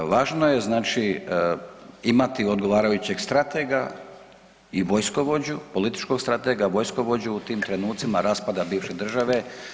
Važno je znači imati odgovarajućeg stratega i vojskovođu, političkog stratega i vojskovođu u tim trenucima raspada bivše države.